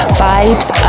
vibes